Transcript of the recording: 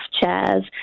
chairs